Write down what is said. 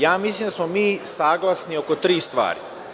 Ja mislim da smo mi saglasni oko tri stvari.